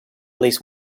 least